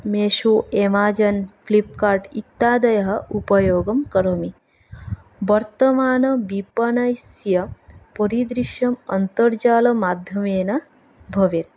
Meesho Amazon Flipkart इत्यादयः उपयोगं करोमि वर्तमानविपणस्य परिदृश्यम् अन्तर्जालमाद्धमेन भवेत्